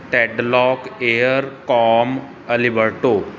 Tadlock ਏਅਰ ਕੌਮ ਐਲੀਬਰਟੋ